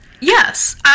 Yes